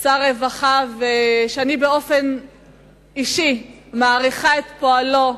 שר הרווחה, ואני באופן אישי מעריכה את פועלו,